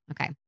Okay